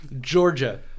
Georgia